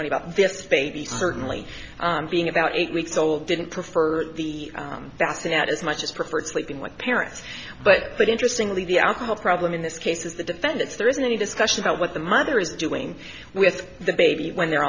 baby certainly being about eight weeks old didn't prefer the bassinette as much as preferred sleeping with parents but but interestingly the alcohol problem in this case is the defendant's there isn't any discussion of what the mother is doing with the baby when they're